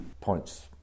points